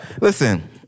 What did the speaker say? Listen